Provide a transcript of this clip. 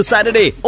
Saturday